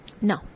No